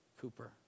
Cooper